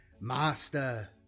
Master